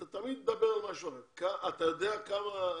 כמה?